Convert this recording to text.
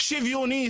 שוויונית,